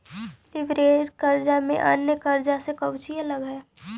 Leverage कर्जा में अन्य कर्जा से कउची अलग हई?